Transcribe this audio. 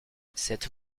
cette